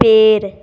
पेड़